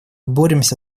боремся